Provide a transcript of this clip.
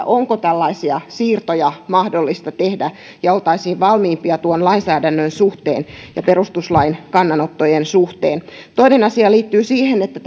onko tällaisia siirtoja mahdollista tehdä ja oltaisiin valmiimpia tuon lainsäädännön suhteen ja perustuslain kannanottojen suhteen toinen asia liittyy siihen että